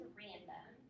random